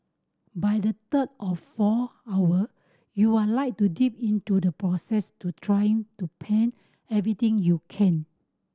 by the third or fourth hour you are like deep into the process to trying to paint everything you can